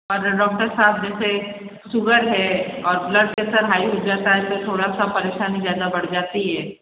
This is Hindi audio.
अगर डॉक्टर साहब जैसे सुगर है और ब्लड प्रेसर हाई हो जाता है तो थोड़ा सा परेशानी ज़्यादा बढ़ जाती है